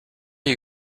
you